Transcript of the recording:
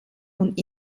und